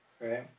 Right